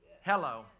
Hello